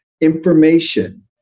information